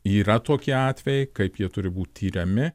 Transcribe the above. yra tokie atvejai kaip jie turi būt tiriami